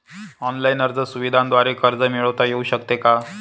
Online अर्ज सुविधांद्वारे कर्ज मिळविता येऊ शकते का?